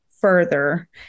further